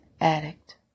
addict